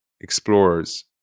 explorers